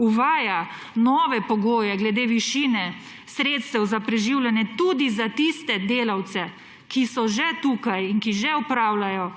uvaja nove pogoje glede višine sredstev za preživljanje tudi za tiste delavce, ki so že tukaj in ki že opravljajo